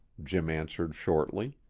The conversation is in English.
jim answered shortly.